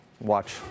watch